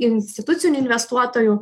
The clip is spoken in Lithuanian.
institucinių investuotojų